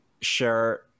share